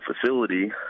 facility